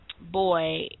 boy